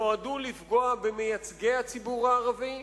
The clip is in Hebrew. נועדו לפגוע במייצגי הציבור הערבי,